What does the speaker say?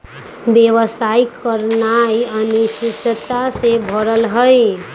व्यवसाय करनाइ अनिश्चितता से भरल हइ